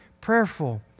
prayerful